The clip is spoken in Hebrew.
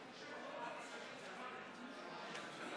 אנחנו ניגשים להצבעת האי-אמון הבאה, של סיעת